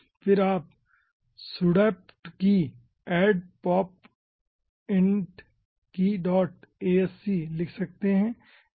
और फिर आप sudoaptkey add popinet keyasc लिख सकते हैं